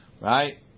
Right